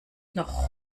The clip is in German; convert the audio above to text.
noch